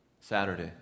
Saturday